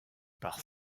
par